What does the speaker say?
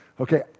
Okay